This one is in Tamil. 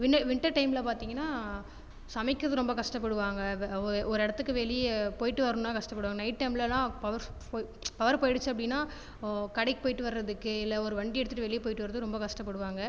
வின்டர் டைமில் பார்த்திங்கன்னா சமைக்கிறது ரொம்ப கஷ்டப்படுவாங்க ஒரு இடத்துக்கு வெளியே போயிட்டு வரணும்னால் கஷ்டப்படுவாங்க நைட் டைம்லல்லாம் பவர் பவர் போயிடுச்சு அப்படின்னால் கடைக்குப் போயிட்டு வரதுக்கு இல்லை ஒரு வண்டி எடுத்துட்டு வெளியில் போயிட்டு வரதுக்கு ரொம்ப கஷ்டப்படுவாங்க